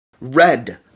Red